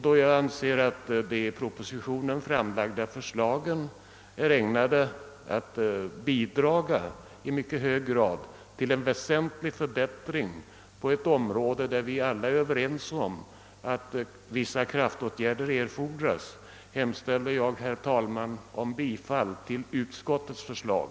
Då jag anser att de i propositionen framlagda förslagen är ägnade att i mycket hög grad bidraga till en väsentlig förbättring på ett område där vi alla är överens om att vissa kraftåtgärder erfordras, hemställer jag, herr talman, om bifall till utskottets förslag.